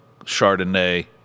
Chardonnay